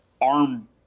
arm